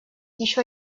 еще